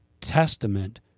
testament